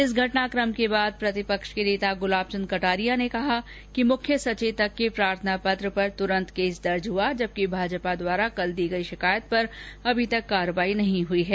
इस घटनाकम के बाद प्रतिपक्ष के नेता गुलाबचंद कटारिया ने कहा मुख्य सचेतक के प्रार्थना पत्र पर तुरंत केस दर्ज हुआ जबकि भाजपा द्वारा कल दी गयी शिकायत पर अभी तक कार्यवाही नहीं हुई है